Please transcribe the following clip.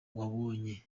babonye